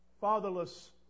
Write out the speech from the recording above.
fatherless